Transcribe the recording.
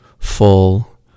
full